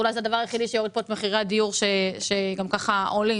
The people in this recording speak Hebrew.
אולי זה הדבר היחידי שיוריד את פה מחירי הדיור שגם ככה עולים,